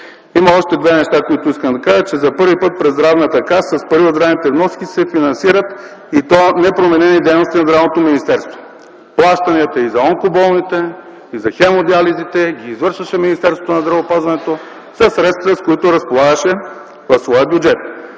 Има още две неща, които искам да кажа. За първи път през Здравната каса с пари от здравните вноски се финансират, и то непроменени, дейности на Здравното министерство. Плащанията и за онкоболните, и за хемодиализите ги извършваше Министерството на здравеопазването със средства, с които разполагаше в своя бюджет.